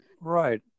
right